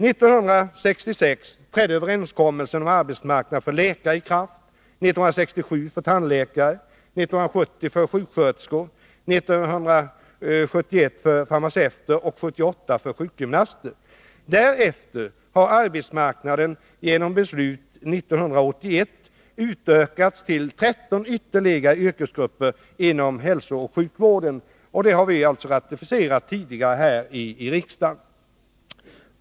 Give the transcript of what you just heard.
1966 trädde överenskommelsen om arbetsmarknad för läkare i kraft, 1967 för tandläkare, 1970 för sjuksköterskor, 1971 för farmaceuter och 1978 för sjukgymnaster. Därefter har arbetsmarknaden genom beslut 1981 utökats till 13 ytterligare yrkesgrupper inom hälsooch sjukvården. Det har vi här i riksdagen tidigare ratificerat.